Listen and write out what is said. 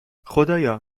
خدایا